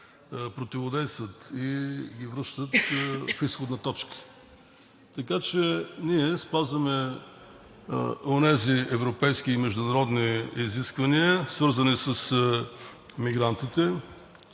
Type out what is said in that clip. противодействат и ги връщат в изходна точка. Така че ние спазваме онези европейски и международни изисквания, свързани с мигрантите,